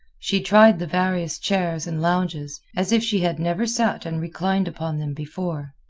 she tried the various chairs and lounges, as if she had never sat and reclined upon them before.